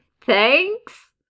thanks